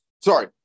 sorry